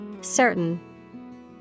Certain